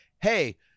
hey –